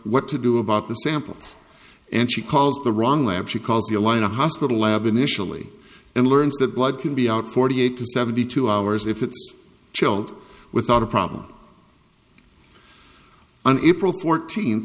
what to do about the samples and she calls the wrong lab she calls the line a hospital lab initially and learns that blood can be out forty eight to seventy two hours if it's a child without a problem an april fourteen